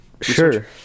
sure